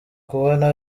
kubona